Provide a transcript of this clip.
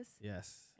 Yes